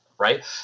right